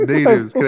Natives